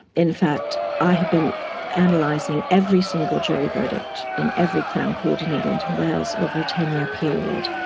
in fact i have been and analysing every single jury verdict in every crown court in england and wales over a ten year period,